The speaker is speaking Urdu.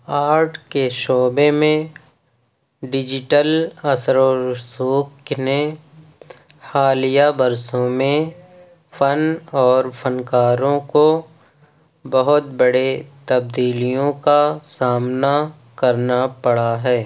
آرٹ کے شعبے میں ڈیجیٹل اثر و رسوخ نے حالیہ برسوں میں فن اور فنکاروں کو بہت بڑے تبدیلیوں کا سامنا کرنا پڑا ہے